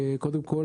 קודם כל,